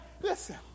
listen